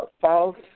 false